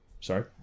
sorry